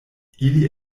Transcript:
ili